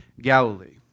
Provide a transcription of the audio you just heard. Galilee